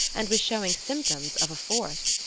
and was showing symptoms of a fourth.